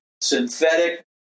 synthetic